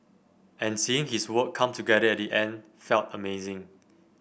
and seeing his work come together at the end felt amazing